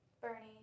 bernie